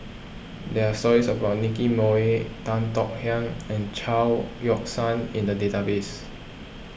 there are stories about Nicky Moey Tan Tong Hye and Chao Yoke San in the database